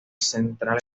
central